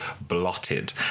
blotted